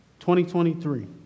2023